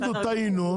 אפשר להגיד "טעינו,